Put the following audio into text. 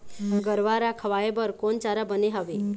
गरवा रा खवाए बर कोन चारा बने हावे?